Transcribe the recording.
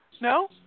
No